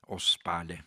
o spali